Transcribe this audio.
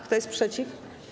Kto jest przeciw?